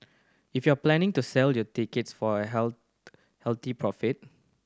if you're planning to sell your tickets for a healthy profit